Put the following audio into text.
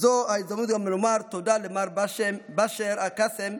וזו גם ההזדמנות לומר תודה למר בשאר קאסם,